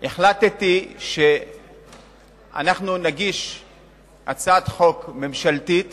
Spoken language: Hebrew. החלטתי שאנחנו נגיש הצעת חוק ממשלתית